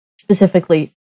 specifically